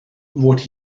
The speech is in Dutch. wordt